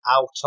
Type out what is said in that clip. out